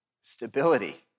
Stability